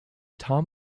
tom